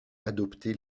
adopté